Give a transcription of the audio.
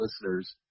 listeners